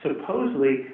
supposedly